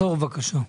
תחזור, בבקשה.